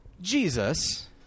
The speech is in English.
Jesus